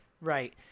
Right